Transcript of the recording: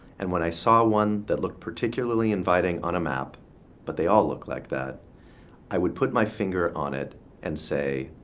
and when i saw one that looked particularly inviting on a map but they all look like that i would put my finger on it and say,